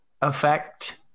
effect